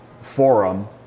forum